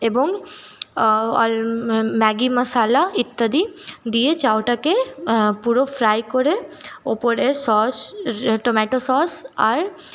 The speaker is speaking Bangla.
এবং ম্যাগি মাশালা ইত্যাদি দিয়ে চাউটাকে পুরো ফ্রাই করে ওপরে সস টম্যাটো সস আর